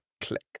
click